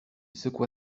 secoua